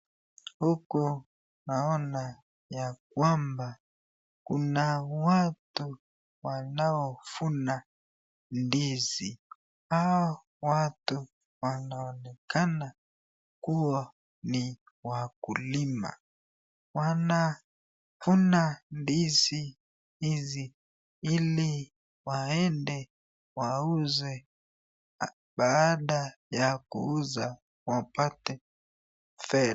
Huku naona ya kwamba kuna watu wanaovuna ndizi, hao watu wanaonekana kuwa ni wakulima. Wanavuna ndizi hizi ili waende wauze baada ya kuuza wapate fedha.